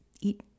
eat